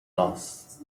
lost